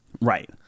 Right